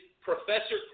Professor